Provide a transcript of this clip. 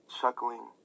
chuckling